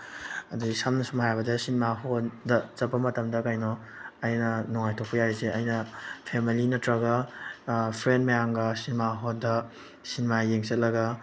ꯑꯗꯒꯤ ꯁꯝꯅ ꯁꯨꯝ ꯍꯥꯏꯔꯕꯗ ꯁꯤꯅꯦꯃꯥ ꯍꯣꯜꯗ ꯆꯠꯄ ꯃꯇꯝꯗ ꯀꯩꯅꯣ ꯑꯩꯅ ꯅꯨꯡꯉꯥꯏꯊꯣꯛꯄ ꯌꯥꯔꯤꯁꯦ ꯑꯩꯅ ꯐꯦꯃꯦꯂꯤ ꯅꯠꯇ꯭ꯔꯒ ꯐ꯭ꯔꯦꯟ ꯃꯌꯥꯝꯒ ꯁꯤꯅꯦꯃꯥ ꯍꯣꯜꯗ ꯁꯤꯅꯦꯃꯥ ꯌꯦꯡ ꯆꯠꯂꯒ